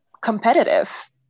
competitive